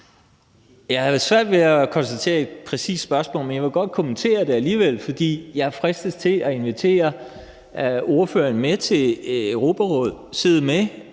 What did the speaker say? Jeg har svært ved at konstatere, at der var et præcist spørgsmål, men jeg vil godt kommentere det alligevel, for jeg fristes til at invitere ordføreren med til Europarådet, sidde med,